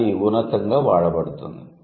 అది ఉన్నతంగా వాడబడుతుంది